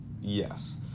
yes